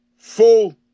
Full